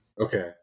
Okay